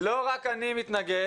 לא רק אני מתנגד.